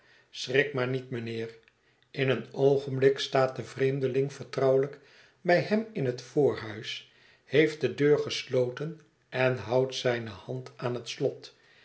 schrik maar niet mijnheer in een oogenblik staat de vreemdeling vertrouwelijk bij hem in het voorhuis heeft de deur gesloten en houdt zijne hand aan het slot